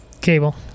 Cable